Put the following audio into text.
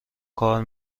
کار